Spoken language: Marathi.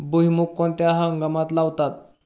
भुईमूग कोणत्या हंगामात लावतात?